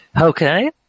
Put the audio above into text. Okay